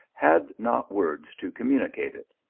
had not words to communicate it.